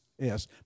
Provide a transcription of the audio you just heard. yes